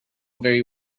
very